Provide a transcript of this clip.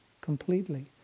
completely